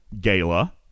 Gala